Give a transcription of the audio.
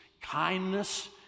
kindness